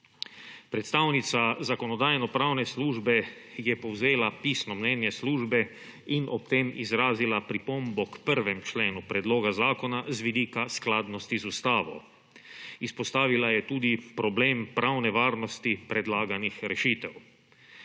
Predstavnica Zakonodajno-pravne službe je povzela pisno mnenje službe in ob tem izrazila pripombo k 1. členu predloga zakona z vidika skladnosti z ustavo. Izpostavila je tudi problem pravne varnosti predlaganih rešitev.